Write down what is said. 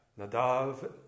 Nadav